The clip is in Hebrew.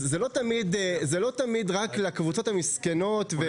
לכן, זה לא תמיד רק לקבוצות המסכנות.